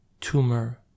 tumor